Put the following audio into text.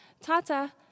Tata